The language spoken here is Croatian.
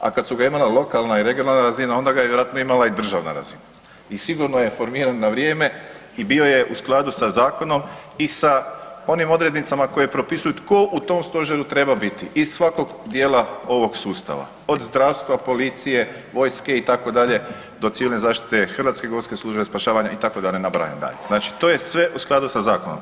A kada su ga imala i lokalna i regionalna razina onda ga je vjerojatno imala i državna razina i sigurno je formiran na vrijeme i bio je u skladu sa zakonom i sa onim odrednicama koje propisuju tko u tom stožeru treba biti iz svakog dijela ovog sustav od zdravstva, policije, vojske itd. do civilne zaštite, HGSS itd. da ne nabrajam dalje, znači to je sve u skladu sa zakonom.